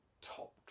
top